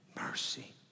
mercy